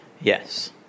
yes